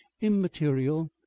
immaterial